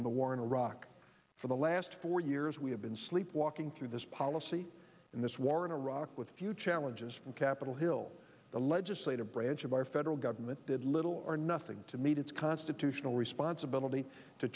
on the war in iraq for the last four years we have been sleepwalking through this policy in this war in iraq with few challenges from capitol hill the legislative branch of our federal government did little or nothing to meet its constitutional responsibility to